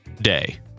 day